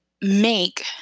make